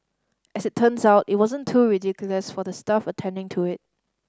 as it turns out it wasn't too ridiculous for the staff attending to it